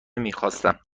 میخواستم